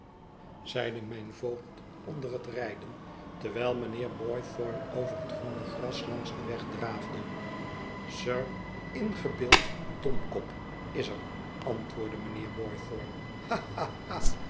zeide mijn voogd onder het rijden terwijl mijnheer boythorn over het groene gras langs den weg draafde sir ingebeeld domkop is er antwoordde mijnheer boythorn